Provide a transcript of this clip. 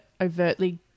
overtly